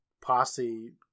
posse